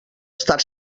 estar